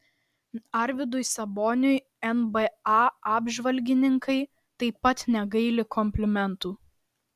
arvydui saboniui nba apžvalgininkai taip pat negaili komplimentų